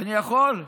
אני יכול?